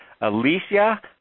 Alicia